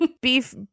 Beef